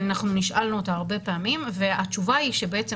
אנחנו נשאלנו אותה הרבה פעמים והתשובה היא שבעצם